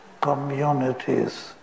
communities